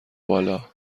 بالا